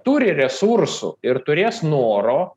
turi resursų ir turės noro